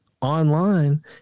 online